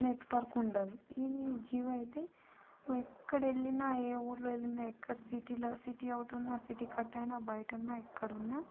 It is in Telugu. నెట్వర్క్ ఉండదు ఇది జియో అయితే నువ్వు ఎక్కడెళ్ళినా ఏ ఊర్లో వెళ్ళినా ఎక్కడ సిటీల సిటీ అవుట్ ఉన్న సిటీ కట్ అయినా బయట ఉన్నా ఎక్కడున్నా